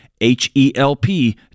H-E-L-P